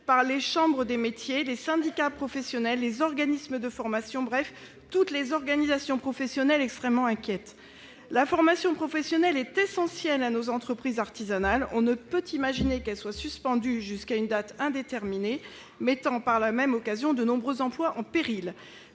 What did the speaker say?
par les chambres de métiers et de l'artisanat, les syndicats professionnels, les organismes de formation ... Autant d'organisations professionnelles qui expriment une très grande inquiétude. La formation professionnelle est essentielle à nos entreprises artisanales. On ne peut imaginer qu'elle soit suspendue jusqu'à une date indéterminée, mettant par la même occasion de nombreux emplois en péril.